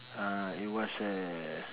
uh it was a